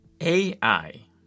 AI